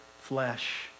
flesh